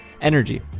energy